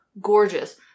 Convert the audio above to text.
gorgeous